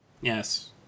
Yes